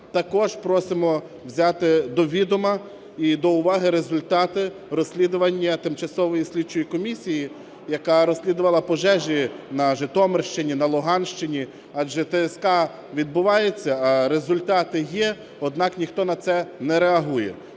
Також просимо взяти до відома і до уваги результати розслідування тимчасової слідчої комісії, яка розслідувала пожежі на Житомирщині, на Луганщині. Адже ТСК відбувається, результати є, однак ніхто на це не реагує.